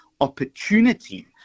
opportunity